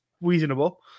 reasonable